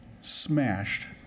Smashed